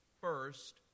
first